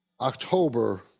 October